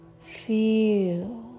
Feel